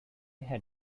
head